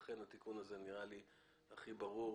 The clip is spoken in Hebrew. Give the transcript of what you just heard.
לכן התיקון הזה נראה לי הכי ברור.